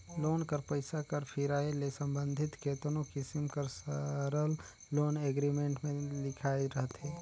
loan कर पइसा कर फिराए ले संबंधित केतनो किसिम कर सरल लोन एग्रीमेंट में लिखाए रहथे